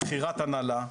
בחירת הנהלה,